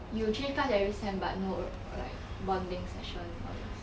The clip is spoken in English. you change class every sem but no like bonding session all those